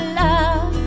love